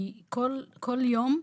כי כל מי שהוא